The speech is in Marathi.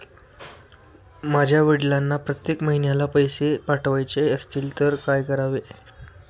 माझ्या वडिलांना प्रत्येक महिन्याला पैसे पाठवायचे असतील तर काय करावे?